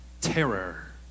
Terror